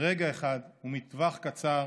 ברגע אחד ומטווח קצר